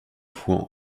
fouan